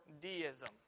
deism